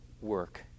work